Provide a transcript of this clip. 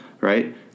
right